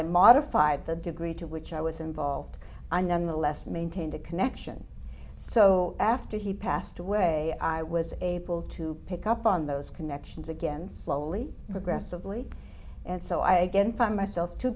i modified the degree to which i was involved i nonetheless maintained a connection so after he passed away i was able to pick up on those connections again slowly aggressively and so i again find myself too